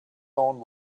own